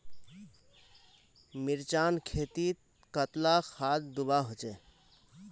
मिर्चान खेतीत कतला खाद दूबा होचे?